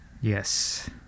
yes